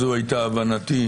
אז זו הייתה הבנתי,